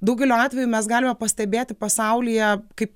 daugeliu atveju mes galime pastebėti pasaulyje kaip